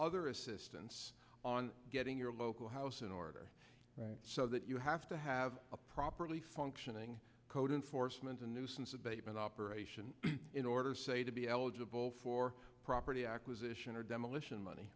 other assistance on getting your local house in order so that you have to have a properly functioning code enforcement and nuisance abatement operation in order say to be eligible for property acquisition or demolition money